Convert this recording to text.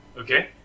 Okay